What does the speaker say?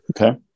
Okay